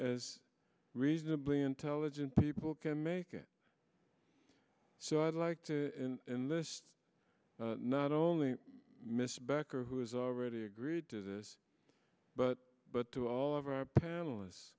as reasonably intelligent people can make it so i'd like to in this not only miss becker who has already agreed to this but but to all of our panelists